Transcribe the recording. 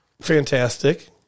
fantastic